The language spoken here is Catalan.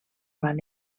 van